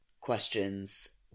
questions